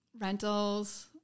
rentals